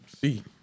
See